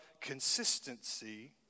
consistency